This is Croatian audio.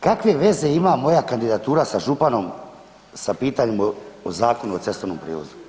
Kakve veze ima moja kandidatura sa županom sa pitanjem o Zakonu o cestovnom prijevozu?